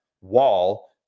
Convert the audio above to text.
wall